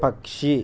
పక్షి